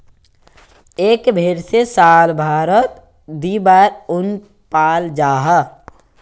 एक भेर से साल भारोत दी बार उन पाल जाहा